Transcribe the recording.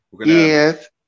Yes